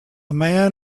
man